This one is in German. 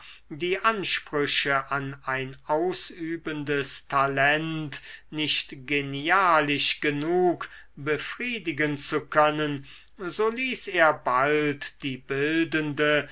die ansprüche an ein ausübendes talent nicht genialisch genug befriedigen zu können so ließ er bald die bildende